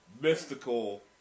mystical